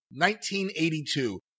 1982